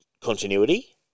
continuity